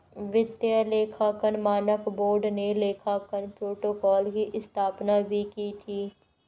वित्तीय लेखांकन मानक बोर्ड ने लेखांकन प्रोटोकॉल की स्थापना भी की थी